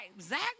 Zach